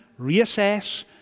reassess